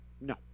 No